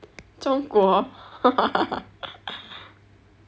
中国